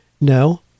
No